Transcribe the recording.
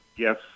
Yes